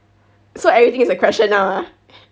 so everything is a question now ah